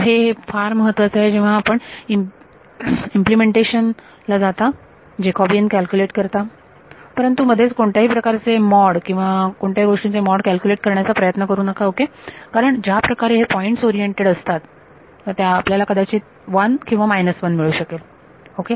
तर हे फार फार महत्वाचे आहे जेव्हा आपण इम्पलेमेंटेशन ला जाता जॅकॉबियन कॅल्क्युलेट करता परंतु मध्येच कोणत्याही प्रकारचे मॉड कोणत्याही गोष्टीचे मॉड कॅल्क्युलेट करण्याचा प्रयत्न करू नका ओके कारण ज्या प्रकारे हे पॉईंट्स ओरिएंटेड असतात तर आपल्याला कदाचित 1 किंवा 1 मिळू शकेल